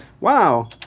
Wow